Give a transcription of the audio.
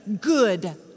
good